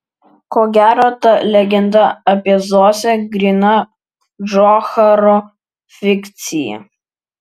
ko gero ta legenda apie zosę gryna džocharo fikcija